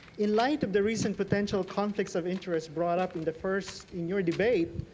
in light of the recent potential conflicts of interest brought up in the first in your debate,